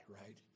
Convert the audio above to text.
right